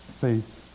face